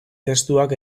testuak